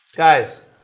guys